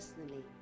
personally